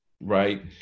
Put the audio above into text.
right